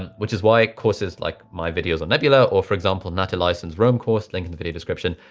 and which is why courses like my videos on nebula or for example, nat um eiason's roam course link in the video description,